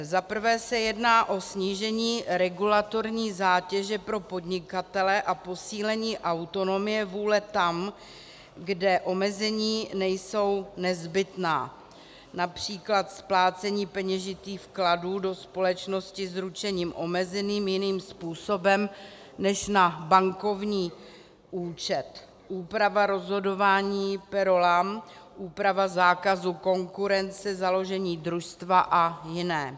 Zaprvé se jedná o snížení regulatorní zátěže pro podnikatele a posílení autonomie vůle tam, kde omezení nejsou nezbytná, například splácení peněžitých vkladů do společnosti s ručením omezeným jiným způsobem než na bankovní účet, úprava rozhodování per rollam, úprava zákazu konkurence, založení družstva a jiné.